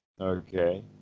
Okay